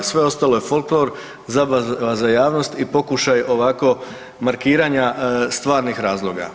Sve ostalo je folklor, zabava za javnost i pokušaj ovako markiranja stvarnih razloga.